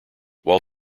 while